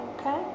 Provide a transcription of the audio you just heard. okay